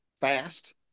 fast